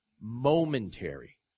Momentary